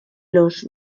los